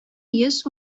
йөз